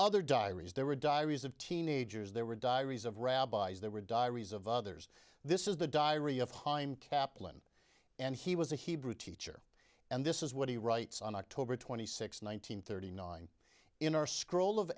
other diaries there were diaries of teenagers there were diaries of rabbis there were diaries of others this is the diary of hi i'm kaplan and he was a hebrew teacher and this is what he writes on october twenty sixth one nine hundred thirty nine in our scroll of